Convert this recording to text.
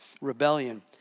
rebellion